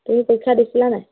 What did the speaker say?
তুমি পৰীক্ষা দিছিলা নে নাই